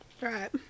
Right